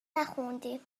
نخوردیم